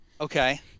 Okay